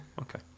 Okay